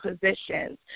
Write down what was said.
positions